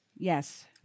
Yes